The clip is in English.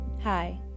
Hi